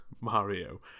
Mario